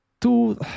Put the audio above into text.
two